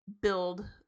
build